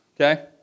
okay